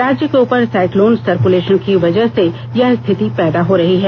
राज्य के ऊ पर साइक्लोनिक सर्कुलेशन की वजह से यह स्थिति पैदा हो रही है